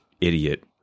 idiot